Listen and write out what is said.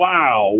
Wow